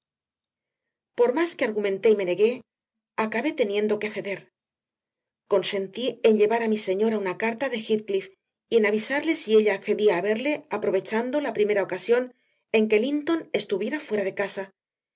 por más que argumenté y me negué acabé teniendo que ceder consentí en llevar a mi señora una carta de heathcliff y en avisarle si ella accedía a verle aprovechando la primera ocasión en que linton estuviera fuera de casa